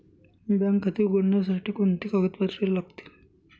Bank खाते उघडण्यासाठी कोणती कागदपत्रे लागतील?